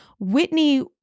Whitney